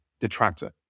detractor